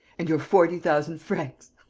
and your forty thousand francs!